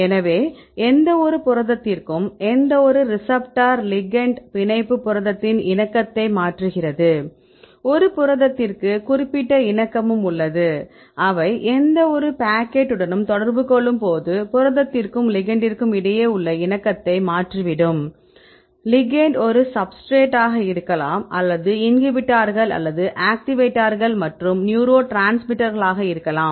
எனவே எந்தவொரு புரதத்திற்கும் எந்தவொரு ரிசப்டர் லிகெெண்ட் பிணைப்பு புரதத்தின் இணக்கத்தை மாற்றுகிறது ஒரு புரதத்திற்கு குறிப்பிட்ட இணக்கமும் உள்ளது அவை எந்தவொரு பாக்கெட்டுடனும் தொடர்பு கொள்ளும் போது புரதத்திற்கும் லிகெெண்ட்டிற்கும் இடையே உள்ள இணக்கத்தை மாற்றிவிடும் லிகெெண்ட் ஒரு சப்ஸ்டிரேட் ஆக இருக்கலாம் அல்லது இன்ஹிபிட்டார்கள் அல்லது ஆக்டிவேட்டர்கள் மற்றும் நியூரோ டிரான்ஸ்மிட்டர்களாக இருக்கலாம்